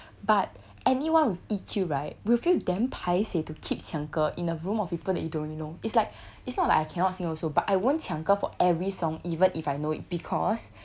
but anyone with E_Q right will feel damn paiseh to keep 抢歌 in a room of people that you don't even know it's like it's not like I cannot sing also but I won't 抢歌 for every song even if I know it because